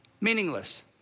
meaningless